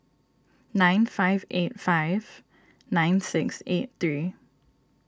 nine five eight five nine six eight three